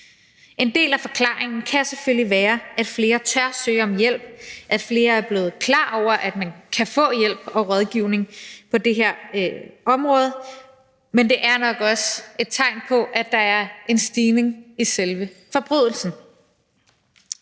En del af forklaringen kan selvfølgelig være, at flere tør søge om hjælp, og at flere er blevet klar over, at man kan få hjælp og rådgivning på det her område, men det er nok også et tegn på, at der er en stigning i selve antallet